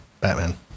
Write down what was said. Batman